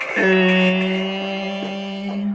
hey